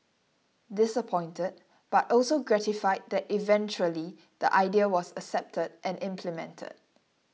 disappointed but also gratified that eventually the idea was accepted and implemented